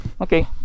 Okay